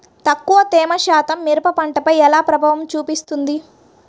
తక్కువ తేమ శాతం మిరప పంటపై ఎలా ప్రభావం చూపిస్తుంది?